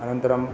अनन्तरं